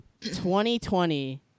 2020